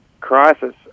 crisis